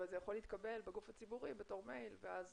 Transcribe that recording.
אבל זה יכול להתקבל בגוף הציבורי בתור מייל ואז